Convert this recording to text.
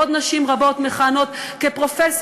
עוד נשים רבות מכהנות כפרופסוריות,